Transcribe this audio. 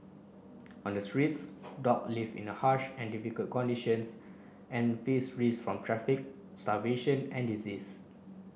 on the streets dog live in harsh and difficult conditions and face risk from traffic starvation and disease